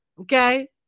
Okay